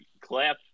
clap